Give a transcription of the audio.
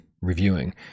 reviewing